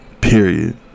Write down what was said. Period